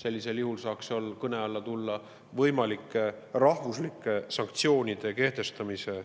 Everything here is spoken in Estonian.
Sellisel juhul saaks see kõne alla tulla võimalike rahvuslike sanktsioonide kehtestamise